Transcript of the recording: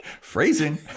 Phrasing